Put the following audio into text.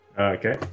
Okay